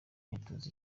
ntituzi